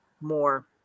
more